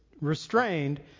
restrained